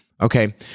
Okay